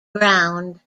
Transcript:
ground